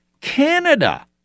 Canada